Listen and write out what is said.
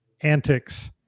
antics